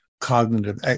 cognitive